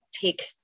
take